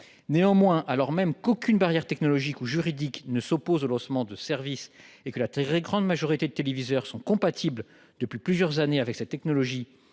univers. Alors qu'aucune barrière technologique ni juridique ne s'oppose au lancement de services, et que la très grande majorité des téléviseurs sont compatibles depuis plusieurs années avec cette technologie